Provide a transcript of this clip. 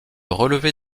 relevé